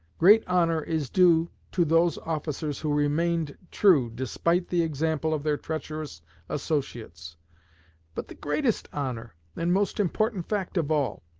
great honor is due to those officers who remained true, despite the example of their treacherous associates but the greatest honor and most important fact of all,